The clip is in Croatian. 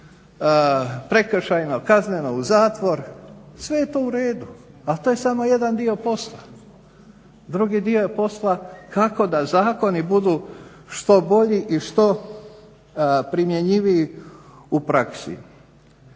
prekršajima kazneno u zatvor. Sve je to u redu, ali to je samo jedan dio posla. Drugi dio posla je kako da zakoni budu što bolji i što primjenjiviji u praksi.